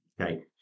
Okay